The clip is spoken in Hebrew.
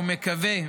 ומקווה,